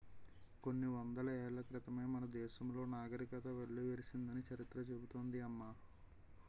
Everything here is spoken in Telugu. కొన్ని వందల ఏళ్ల క్రితమే మన దేశంలో నాగరికత వెల్లివిరిసిందని చరిత్ర చెబుతోంది అమ్మ